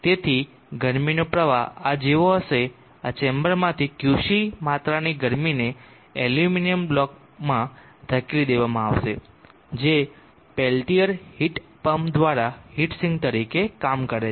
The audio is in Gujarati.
તેથી ગરમીનો પ્રવાહ આ જેવો હશે આ ચેમ્બરમાંથી Qc માત્રાની ગરમીને એલ્યુમિનિયમ બ્લોકમાં ધકેલી દેવામાં આવશે જે પેલ્ટીર હીટ પંપ દ્વારા હીટ સિંક તરીકે કામ કરે છે